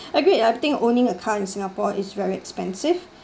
I agree I think owning a car in singapore is very expensive